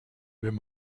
wenn